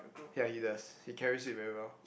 ya he does he carries it very well